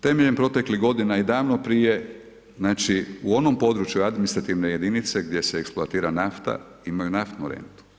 Temeljem proteklih godina i davno prije, znači u onom području administrativne jedinice, gdje se eksploatira nafta, imaju naftnu rentu.